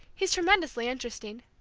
he's tremendously interesting.